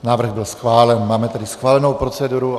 Návrh byl schválen, máme tedy schválenou proceduru.